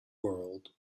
world